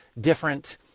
different